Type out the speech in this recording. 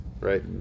right